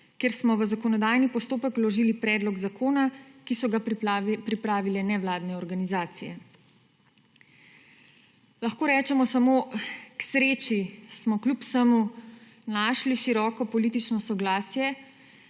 kjer smo v zakonodajni postopek vložili predlog zakona, ki so ga pripravile nevladne organizacije. Lahko rečemo samo k sreči smo kljub vsemu našli široko politično soglasje,